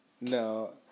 no